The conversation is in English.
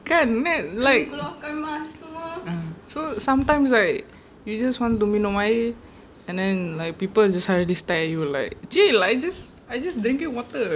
kan kan like um so sometimes like we just want to minum air and then like people just suddenly stare at you like chill I just I just drinking water